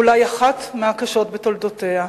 אולי אחת מהקשות בתולדותיה.